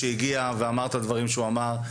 שהגיע ואמר את דברים שהוא אמר,